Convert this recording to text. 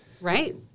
Right